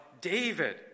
David